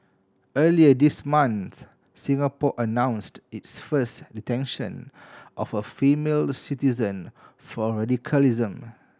earlier this month Singapore announced its first detention of a female citizen for radicalism